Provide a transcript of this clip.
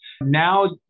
Now